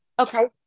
Okay